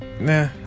Nah